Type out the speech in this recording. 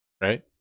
Right